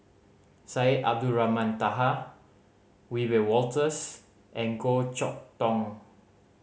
Syed Abdulrahman Taha Wiebe Wolters and Goh Chok Tong